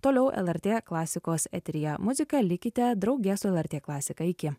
toliau lrt klasikos eteryje muzika likite drauge su lrt klasika iki